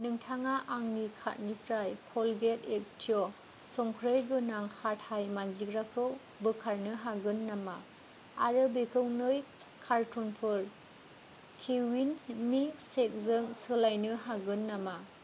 नोंथाङा आंनि कार्टनिफ्राय क'लगेट एक्टिव संख्रै गोनां हाथाय मानजिग्राखौ बोखारनो हागोन नामा आरो बेखौ नै कारट'नफोर केविन्स मिल्कशेकजों सोलायनो हागोन नामा